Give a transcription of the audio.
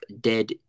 dead